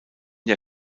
der